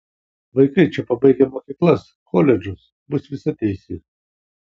vaikai čia pabaigę mokyklas koledžus bus visateisiai